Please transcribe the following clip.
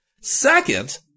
Second